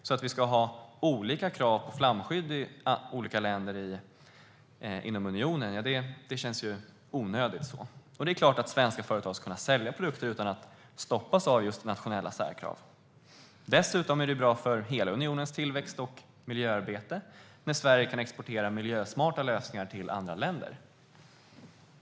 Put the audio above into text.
Det är klart att en svensk möbeltillverkare ska kunna exportera sin stol till Italien utan att stoppas av nationella särkrav. Det är klart att svenska företag ska kunna sälja sina produkter utan dessa hinder. Dessutom är det bra för hela unionens tillväxt och miljöarbete när Sverige kan exportera miljösmarta lösningar till andra länder.